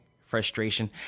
frustration